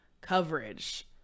coverage